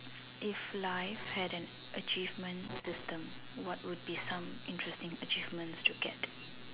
if life had an achieve system what would be some interesting achievements to get